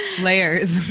layers